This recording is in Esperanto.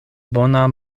bona